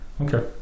Okay